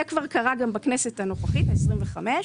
זה כבר קרה גם בכנסת הנוכחית, ה-25.